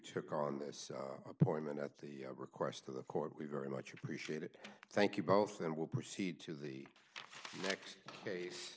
took on this appointment at the request of the court we very much appreciate it thank you both and will proceed to the next case